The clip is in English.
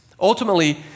Ultimately